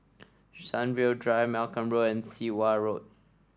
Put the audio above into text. Sunview Drive Malcolm Road and Sit Wah Road